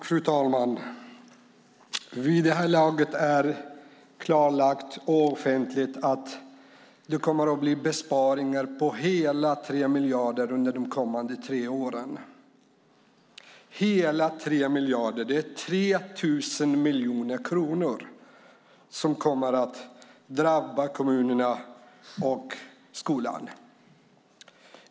Fru talman! Vid det här laget är det klarlagt och offentligt att det kommer att bli besparingar på hela 3 miljarder under de kommande tre åren. Det är 3 000 miljoner kronor som kommer att drabba kommunerna och skolan.